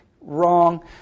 Wrong